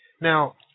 Now